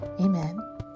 Amen